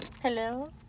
Hello